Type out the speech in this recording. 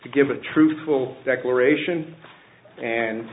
to give a truthful declaration and